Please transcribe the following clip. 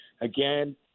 Again